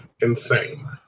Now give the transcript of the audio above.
insane